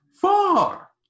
Four